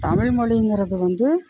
தமிழ் மொழிங்கிறது வந்து